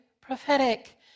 prophetic